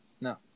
No